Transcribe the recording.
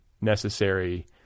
necessary